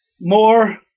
More